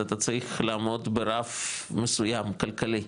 אתה צריך לעמוד ברף מסוים כלכלי,